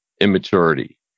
immaturity